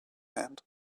hand